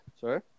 sorry